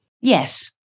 Yes